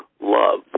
love